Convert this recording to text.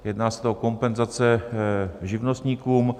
Jedná se o kompenzace živnostníkům.